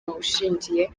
ushingiye